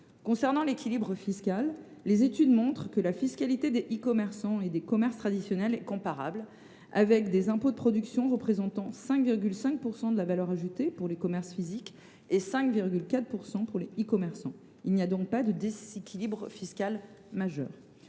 concerne l’équilibre fiscal, les études montrent que la fiscalité des e commerçants et celle des commerces traditionnels sont comparables, les impôts de production représentant 5,5 % de la valeur ajoutée pour les commerces physiques et 5,4 % pour les e commerçants. Il n’y a donc pas de déséquilibre fiscal majeur.